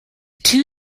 two